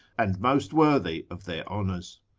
and most worthy of their honours.